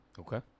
Okay